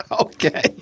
Okay